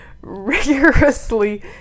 rigorously